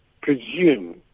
presume